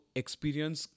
experience